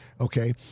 okay